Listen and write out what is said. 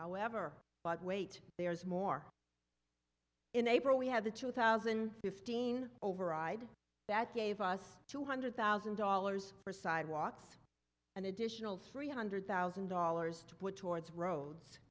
however but wait there's more in april we had the two thousand fifteen override that gave us two hundred thousand dollars for sidewalks an additional three hundred thousand dollars to put towards roads